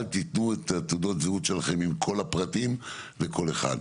אל תיתנו את תעודות הזהות שלכם עם כל הפרטים לכל אחד.